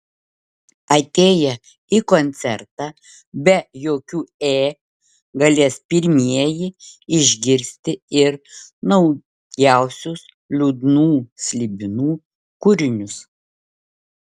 atėję į koncertą be jokių ė galės pirmieji išgirsti ir naujausius liūdnų slibinų kūrinius